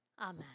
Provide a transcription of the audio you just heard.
Amen